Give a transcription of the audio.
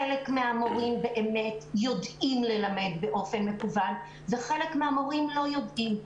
חלק מהמורים באמת יודעים ללמד באופן מקוון וחלק מהמורים לא יודעים.